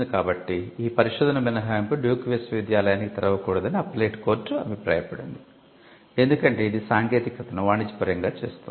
కాబట్టి ఈ పరిశోధన మినహాయింపు డ్యూక్ విశ్వవిద్యాలయానికి తెరవబడదని అప్పీలేట్ కోర్టు అభిప్రాయపడింది ఎందుకంటే ఇది సాంకేతికతను వాణిజ్యపరంగా చేస్తుంది